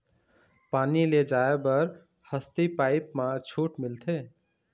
पानी ले जाय बर हसती पाइप मा छूट मिलथे?